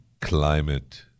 Climate